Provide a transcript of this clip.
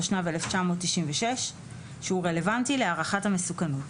התשנ"ו-1996 שהוא רלוונטי להערכת המסוכנות.